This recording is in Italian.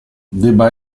debba